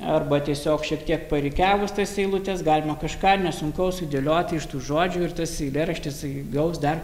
arba tiesiog šiek tiek parikiavus tas eilutes galima kažką nesunkaus sudėlioti iš tų žodžių ir tas eilėraštis įgaus dar